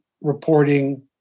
reporting